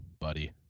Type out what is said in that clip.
buddy